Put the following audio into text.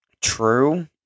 true